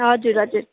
हजुर हजुर